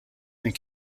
and